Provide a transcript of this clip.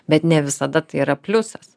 bet ne visada tai yra pliusas